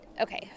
okay